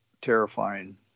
terrifying